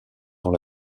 dans